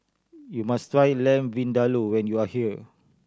you must try Lamb Vindaloo when you are here